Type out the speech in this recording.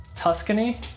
Tuscany